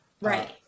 Right